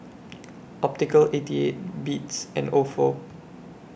Optical eighty eight Beats and Ofo